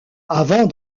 avant